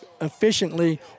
efficiently